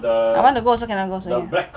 I want to go also cannot go so ya